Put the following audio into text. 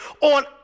on